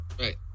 Right